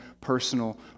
personal